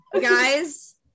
guys